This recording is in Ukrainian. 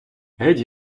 геть